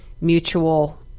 mutual